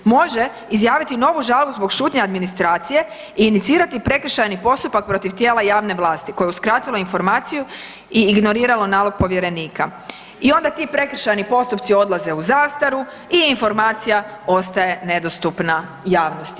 Može izjaviti novu žalbu zbog šutnje administracije i inicirati prekršajni postupak protiv tijela javne vlasti koje je uskratilo informaciju i ignoriralo nalog povjerenika i onda ti prekršajni postupci odlaze u zastaru i informacija ostaje nedostupna javnosti.